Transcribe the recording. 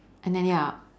and then ya